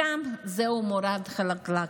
משם זהו מורד חלקלק.